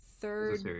third